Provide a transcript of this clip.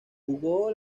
jugó